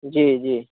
जी जी